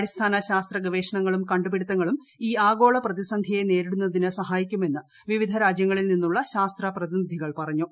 അടിസ്ഥാന ശാസ്ത്ര ഗവേഷണങ്ങളും കണ്ടുപിടുത്തങ്ങളും ഈ ആഗോള പ്രതിസന്ധിയെ നേരിടുന്നതിന് സഹായിക്കുമെന്ന് വിവിധ രാജ്യങ്ങളിൽ നിന്നുള്ള ശാസ്ത്രപ്രതിനിധികൾ പറഞ്ഞു